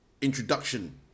introduction